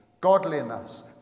godliness